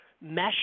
mesh